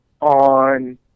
on